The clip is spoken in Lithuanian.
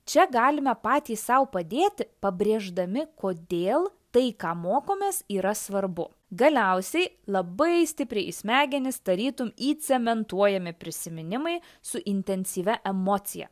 čia galime patys sau padėti pabrėždami kodėl tai ką mokomės yra svarbu galiausiai labai stipriai į smegenis tarytum įcementuojami prisiminimai su intensyvia emocija